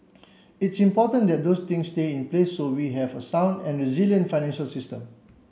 it's important that those things stay in place so we have a sound and resilient financial system